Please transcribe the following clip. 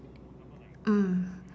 mm